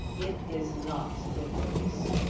it is not good news,